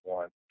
one